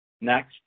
Next